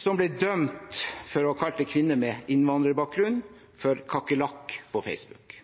som ble dømt for å ha kalt en kvinne med innvandrerbakgrunn for kakerlakk på Facebook.